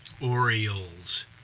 Orioles